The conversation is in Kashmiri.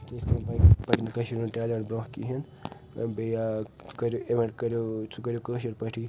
تہٕ یِتھ کٔنۍ پکہِ پکہِ نہٕ کشیٖرِ ہنٛد ٹیلیٚنٛٹ برٛوٚنٛہہ کہیٖنۍ ٲں بیٚیہِ ٲں کٔریٛو اویٚنٛٹ کٔرِو سُہ کٔرِو کٲشِرۍ پٲٹھی